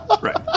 right